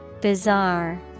bizarre